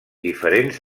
diferents